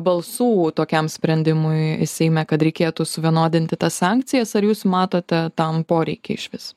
balsų tokiam sprendimui seime kad reikėtų suvienodinti tas sankcijas ar jūs matote tam poreikį išvis